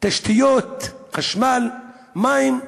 אפילו תשתיות, חשמל, מים.